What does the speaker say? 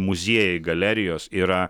muziejai galerijos yra